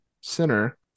Center